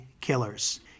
killers